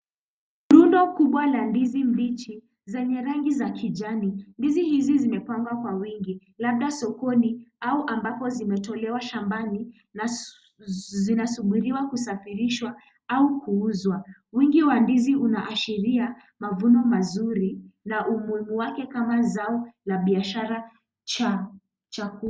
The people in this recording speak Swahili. Rundo kubwa la ndizi mbichi zenye rangi za kijani ,ndizi hizi zimepangwa kwa wingi labda sokoni au ambapo zimetolewa shambani na zinasubiria kusafirishwa au kuuzwa ,wingi wa ndizi inaashiria mavuno mazuri na umuhimu wake kama zao na biashara.